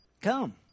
Come